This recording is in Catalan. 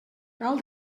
cal